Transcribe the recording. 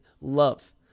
love